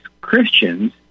Christians